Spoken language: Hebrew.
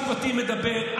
לא שר משפטים מדבר.